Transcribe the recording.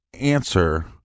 answer